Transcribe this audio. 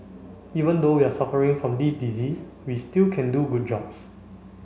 even though we are suffering from this disease we still can do good jobs